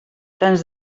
tants